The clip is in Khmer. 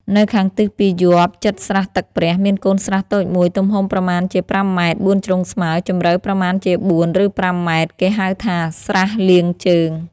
នៅខាងទិសពាយ័ព្យ ជិតស្រះទឹកព្រះ មានកូនស្រះមួយតូច ទំហំប្រមាណជា ៥ ម. បួនជ្រុងស្មើ ជម្រៅប្រមាណជា ៤ ឬ ៥ ម., គេហៅថា ស្រះលាងជើង ។